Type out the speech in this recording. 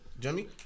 Jimmy